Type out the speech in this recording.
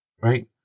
right